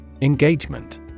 Engagement